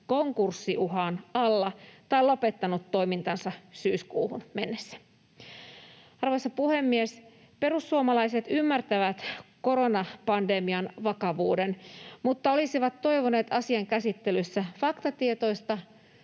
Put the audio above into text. konkurssiuhan alla tai lopettanut toimintansa syyskuuhun mennessä. Arvoisa puhemies! Perussuomalaiset ymmärtävät koronapandemian vakavuuden mutta olisivat toivoneet asian käsittelyssä faktapohjaista